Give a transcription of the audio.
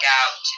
out